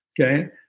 Okay